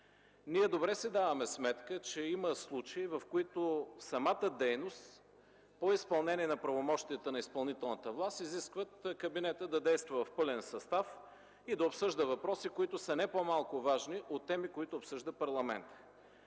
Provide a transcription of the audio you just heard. Ние добре си даваме сметка, че има случаи, в които самата дейност по изпълнение на правомощията на изпълнителната власт изискват кабинетът да действа в пълен състав и да обсъжда въпроси, които са не по-малко важни от теми, които обсъжда парламентът.